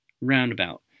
Roundabout